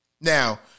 Now